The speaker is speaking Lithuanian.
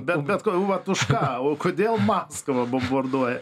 bet bet vat už ką kodėl maskvą bombarduoja